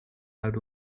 out